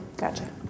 Gotcha